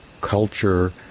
culture